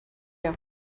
you